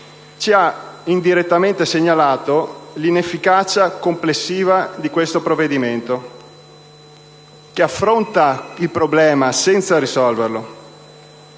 ci ha indirettamente segnalato l'inefficacia complessiva di questo provvedimento, che affronta il problema senza risolverlo.